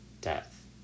death